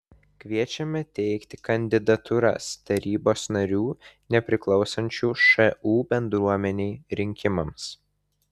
kviečiame teikti kandidatūras tarybos narių nepriklausančių šu bendruomenei rinkimams